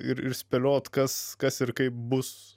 ir ir spėlioti kas kas ir kaip bus